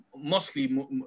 mostly